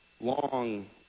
long